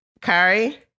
Kari